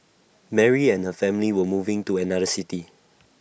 Mary and her family were moving to another city